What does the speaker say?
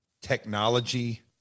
technology